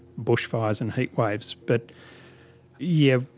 bushfires and heatwaves. but yeah,